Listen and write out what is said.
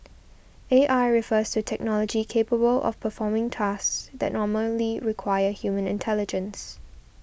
A I refers to technology capable of performing tasks that normally require human intelligence